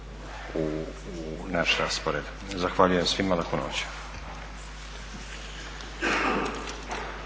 u naš raspored. Zahvaljujem svima. Laku noć.